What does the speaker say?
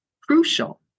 crucial